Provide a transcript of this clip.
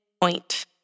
point